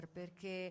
perché